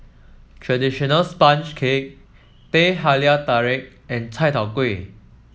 traditional sponge cake Teh Halia Tarik and Chai Tow Kway